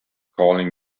calling